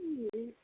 جی